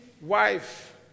wife